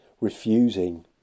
refusing